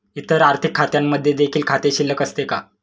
इतर आर्थिक खात्यांमध्ये देखील खाते शिल्लक असते का?